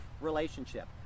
relationship